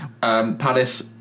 Palace